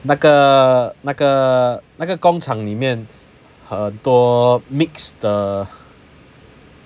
那个那个那个工厂里面很多 mix 的